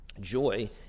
Joy